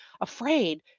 afraid